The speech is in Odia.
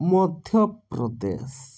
ମଧ୍ୟପ୍ରଦେଶ